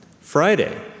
Friday